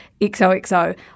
XOXO